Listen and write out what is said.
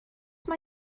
mae